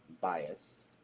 biased